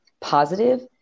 positive